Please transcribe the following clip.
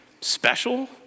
special